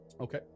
Okay